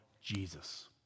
Jesus